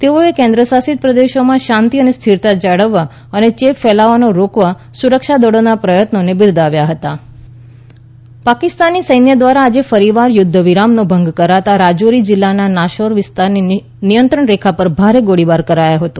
તેઓએ કેન્દ્રશાસિત પ્રદેશોમાં શાંતિ અને સ્થિરતા જાળવવા અને ચેપના ફેલાવાને રોકવા સુરક્ષા દળોના પ્રયત્નોને બિરદાવ્યા હતા પાકિસ્તાન સૈન્ય પાકિસ્તાન સૈન્ય દ્વારા આજે ફરીવાર યુદ્ધવિરામનો ભંગ કરતા રાજૌરી જિલ્લાના નૌશારા વિસ્તારની નિયંત્રણ રેખા પર ભારે ગોળીબાર કરાયો હતો